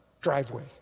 driveway